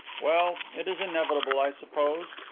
well, it is inevitable, i suppose.